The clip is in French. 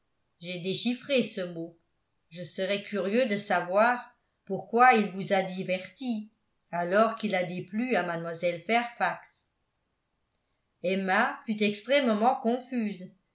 j'ai déchiffré ce mot je serais curieux de savoir pourquoi il vous a divertie alors qu'il a déplu à mlle fairfax emma fut extrêmement confuse